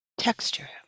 texture